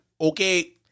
okay